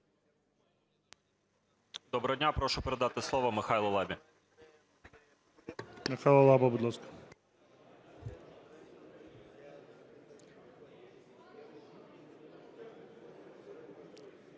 Доброго дня. Прошу передати слово Михайлу Лабі. ГОЛОВУЮЧИЙ. Михайло Лаба, будь ласка.